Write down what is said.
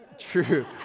True